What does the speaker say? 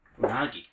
Nagi